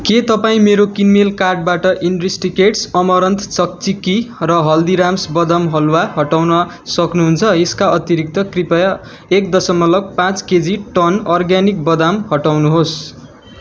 के तपाईँ मेरो किनमेल कार्टबाट इन्ड्रिस्ट्रिकेट्स अमरन्थ सक चिक्की र हल्दीराम्स् बदाम हलुवा हटाउन सक्नुहुन्छ यसका अतिरिक्त कृपया एक दसमलव पाँच केजी टन अर्ग्यानिक बदाम हटाउनुहोस्